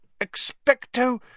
Expecto